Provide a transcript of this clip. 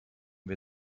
wir